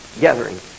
gathering